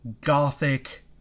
gothic